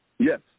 Yes